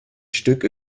stück